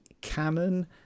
Canon